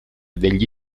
degli